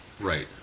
Right